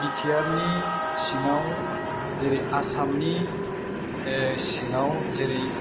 बिटिआरनि सिङाव जेरै आसामनि सिङाव जेरै